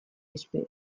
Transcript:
espero